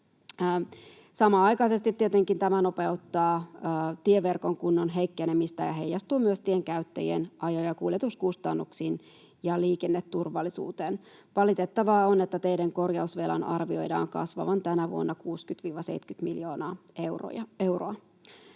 Samanaikaisesti tietenkin tämä nopeuttaa tieverkon kunnon heikkenemistä ja heijastuu myös tienkäyttäjien ajo‑ ja kuljetuskustannuksiin ja liikenneturvallisuuteen. Valitettavaa on, että teiden korjausvelan arvioidaan kasvavan tänä vuonna 60—70 miljoonaa euroa.